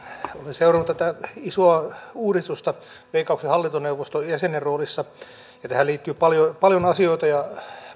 seurannut tätä isoa uudistusta veikkauksen hallintoneuvoston jäsenen roolissa tähän liittyy paljon paljon asioita ja